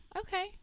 Okay